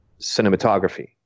cinematography